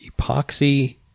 Epoxy